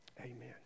Amen